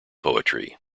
poetry